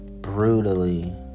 brutally